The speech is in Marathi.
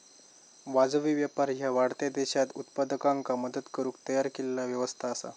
वाजवी व्यापार ह्या वाढत्या देशांत उत्पादकांका मदत करुक तयार केलेला व्यवस्था असा